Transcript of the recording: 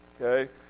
okay